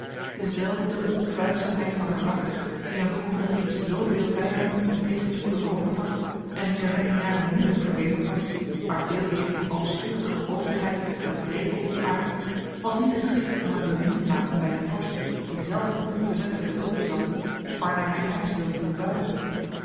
dezelfde onbuigzaamheid van karakter die hem vroeger reeds zooveel vijanden en tegenspoeden berokkend had en die er met de jaren niet op verbeterd was maar veeleer in balsturige hoofdigheid en wrevel ontaard was niet geschikt om hem bemind te maken bij een vorst die zelf een onverzettelijken wil bezat waarnaar hij alles wilde doen buigen